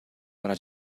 бара